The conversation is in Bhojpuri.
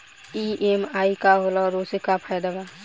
ई.एम.आई का होला और ओसे का फायदा बा?